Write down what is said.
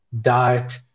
diet